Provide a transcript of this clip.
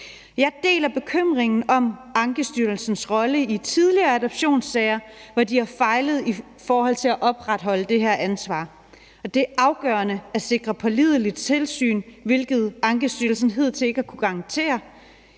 Jeg deler bekymringen om Ankestyrelsens rolle i tidligere adoptionssager, hvor de har fejlet i forhold til at opretholde det her ansvar, og det er afgørende at sikre et pålideligt tilsyn, hvilket Ankestyrelsen hidtil ikke har kunnet garantere.